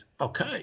okay